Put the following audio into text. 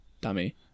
dummy